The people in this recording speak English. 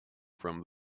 from